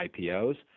IPOs